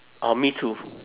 orh me too